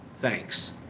Thanks